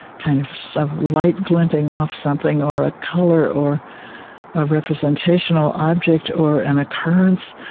kind of so light glinting off something, or a color, or a representational object, or an occurrence,